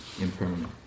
impermanent